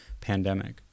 pandemic